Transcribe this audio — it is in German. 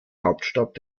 hauptstadt